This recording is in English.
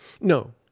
No